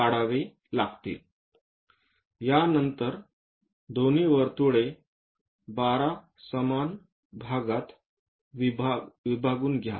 यानंतर दोन्ही वर्तुळ 12 समान भागात विभागून घ्या